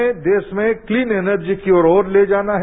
हमें देश में क्लीन एनर्जी की ओर ते जाना है